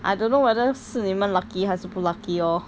I don't know whether 是你们 lucky 还是不 lucky 哦